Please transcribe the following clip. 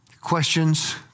Questions